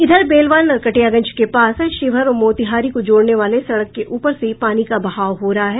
इधर बेलवा नरकटिया के पास शिवहर और मोतिहारी को जोड़ने वाले सड़क के ऊपर से पानी का बहाव हो रहा है